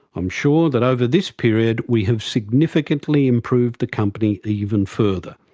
um sure that over this period we have significantly improved the company even further,